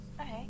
Okay